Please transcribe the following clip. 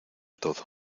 todo